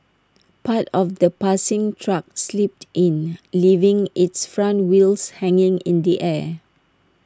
part of the passing truck slipped in leaving its front wheels hanging in the air